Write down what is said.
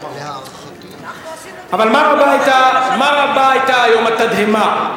אבל מה רבה היתה היום התדהמה.